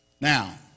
Now